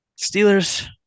Steelers